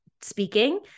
speaking